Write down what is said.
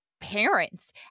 parents